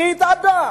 היא התאדתה,